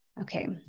okay